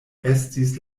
estis